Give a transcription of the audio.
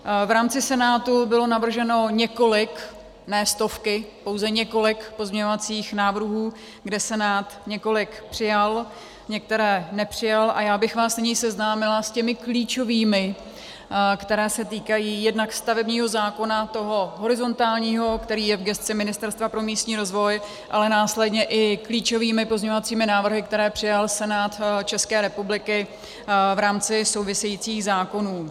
V rámci Senátu bylo navrženo několik, ne stovky, pouze několik pozměňovacích návrhů, kde Senát několik přijal, některé nepřijal, a já bych vás nyní seznámila s těmi klíčovými, které se týkají jednak stavebního zákona, toho horizontálního, který je v gesci Ministerstva pro místní rozvoj, ale následně i klíčovými pozměňovacími návrhy, které přijal Senát České republiky v rámci souvisejících zákonů.